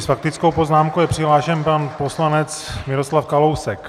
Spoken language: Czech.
S faktickou poznámkou je přihlášen pan poslanec Miroslav Kalousek.